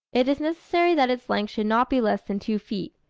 it is necessary that its length should not be less than two feet,